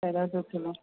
तेरह सए किलो